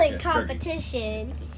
competition